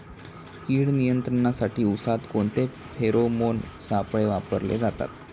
कीड नियंत्रणासाठी उसात कोणते फेरोमोन सापळे वापरले जातात?